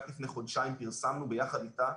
רק לפני חודשיים פרסמנו ביחד איתה,